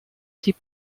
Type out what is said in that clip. die